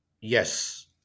Yes